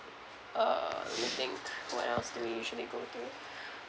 err let me think what else do we usually go to